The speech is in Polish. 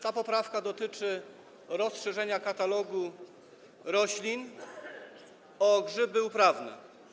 Ta poprawka dotyczy rozszerzenia katalogu roślin o grzyby uprawne.